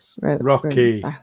Rocky